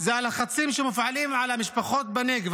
הוא הלחצים שמופעלים על המשפחות בנגב.